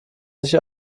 sich